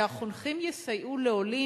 שהחונכים יסייעו לעולים.